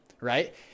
right